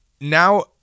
Now